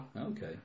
Okay